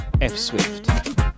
F-Swift